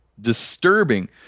disturbing